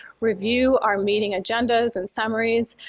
review our meeting agendas and summaries,